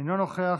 אינו נוכח,